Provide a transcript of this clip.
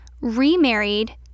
remarried